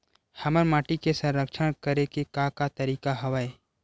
हमर माटी के संरक्षण करेके का का तरीका हवय?